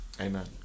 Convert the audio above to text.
Amen